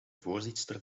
voorzitster